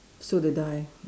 so did I